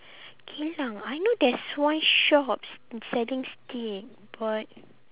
geylang I know there's one shop s~ selling steak but